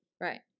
Right